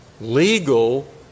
legal